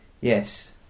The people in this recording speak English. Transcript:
yes